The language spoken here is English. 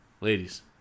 Ladies